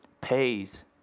pays